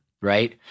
right